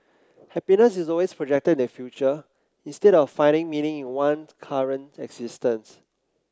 happiness is always projected in the future instead of finding meaning in one's current existence